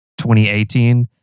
2018